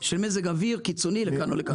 של מזג אוויר קיצוני לכאן או לכאן.